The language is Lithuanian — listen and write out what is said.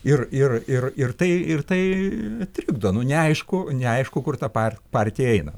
ir ir ir ir tai ir tai trikdo nu neaišku neaišku kur ta par partija eina